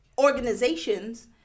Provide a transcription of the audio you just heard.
organizations